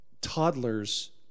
toddlers